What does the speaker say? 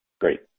Great